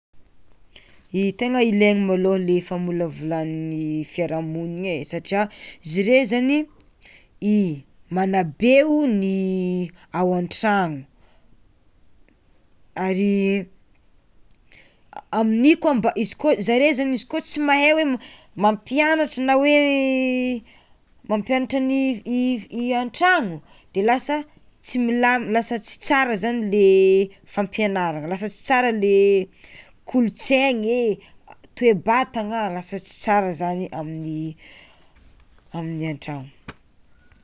I tegna ilaigny malôha le famolavolan'ny fiarahamoniny e satria zare zany i manabe o ny ao an-tragno, ary amin'io koa mba izy koa zare zany izy koa tsy mahay hoe mampianatra na hoe mampianatra ny i i an-tragno de lasa tsy milamina lasa tsy tsara zany le fampianarana lasa tsy tsara le kolotsainy e toe-batagna lasa tsy tsara zany amin'ny amin'ny an-tragno.